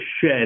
shed